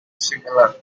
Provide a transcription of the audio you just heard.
similar